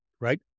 right